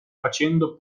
facendo